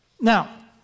Now